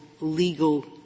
legal